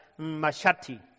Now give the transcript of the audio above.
Mashati